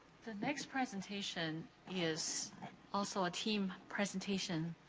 the next presentation is also a team presentation.